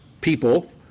people